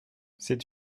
c’est